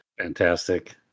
Fantastic